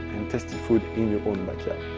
tasty food in your own but yeah